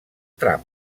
trump